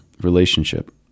relationship